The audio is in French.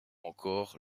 encore